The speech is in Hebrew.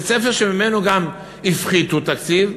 בית-ספר שממנו הפחיתו תקציב,